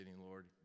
Lord